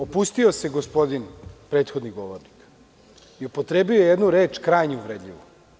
Opustio se gospodin, prethodni govornik i upotrebio je jednu reč krajnje uvredljivo.